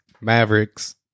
mavericks